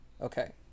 Okay